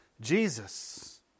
Jesus